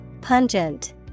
Pungent